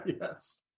Yes